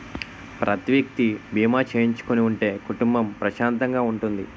ప్రతి వ్యక్తి బీమా చేయించుకుని ఉంటే కుటుంబం ప్రశాంతంగా ఉంటుంది